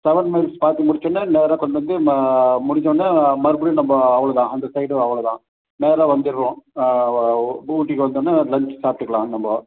seven miles பார்த்து முடித்தோன்னே நேராகக் கொண்டு வந்து ம முடிஞ்சவொன்னே மறுபடியும் நம்ம அவ்வளோ தான் அந்த சைடு அவ்வளோ தான் நேராக வந்திருவோம் ஊட்டிக்கு வந்த உடனே லஞ்ச் சாப்பிட்டுக்கலாம் நம்ம